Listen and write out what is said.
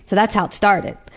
so that's how it started.